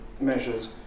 measures